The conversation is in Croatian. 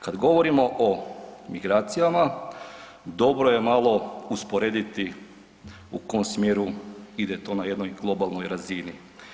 Kad govorimo o migracijama, dobro je malo usporediti u kom smjeru ide to na jednoj globalnoj razini.